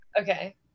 Okay